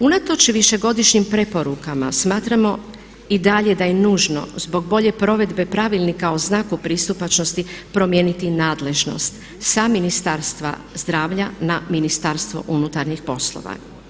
Unatoč višegodišnjim preporukama smatramo i dalje da je nužno zbog bolje provedbe pravilnika o znaku pristupačnosti promijeniti nadležnost sa Ministarstva zdravlja na Ministarstvo unutarnjih poslova.